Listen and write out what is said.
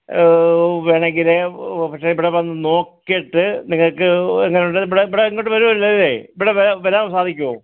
വേണമെങ്കിൽ ആ പക്ഷേ ഇവിടെ വന്ന് നോക്കിയിട്ട് നിങ്ങൾക്ക് എങ്ങനെ ഉണ്ട് ഇവിടെ ഇവിടെ ഇങ്ങോട്ട് വരാമല്ലോ ഇവിടെ വരാൻ സാധിക്കുമോ